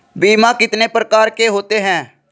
बीमा कितने प्रकार के होते हैं?